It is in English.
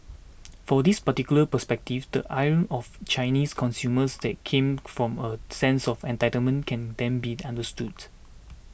from this particular perspective the ire of Chinese consumers that came from a sense of entitlement can then be understood